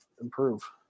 improve